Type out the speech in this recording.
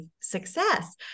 success